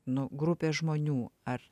nu grupė žmonių ar